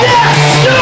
Yes